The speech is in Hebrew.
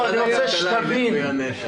יש פה אתגר גדול למגדלים ולרופאים.